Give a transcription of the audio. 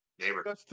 neighbor